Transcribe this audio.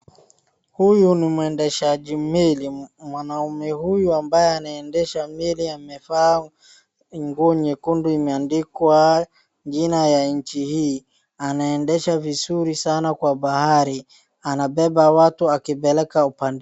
Huyu ni mwendeshaji meli, mwanaume huyu ambaye anaendesha meli amevaa nguo nyekundu imeandikwa jina ya nchi hii, anaendesha vizuri sana kwa bahari. Anabeba watu akipeleka upande...